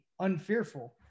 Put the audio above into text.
unfearful